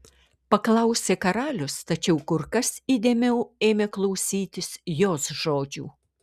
paklausė karalius tačiau kur kas įdėmiau ėmė klausytis jos žodžių